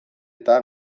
eta